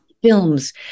Films